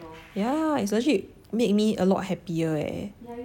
yeah it's legit made me a lot happier leh